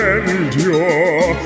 endure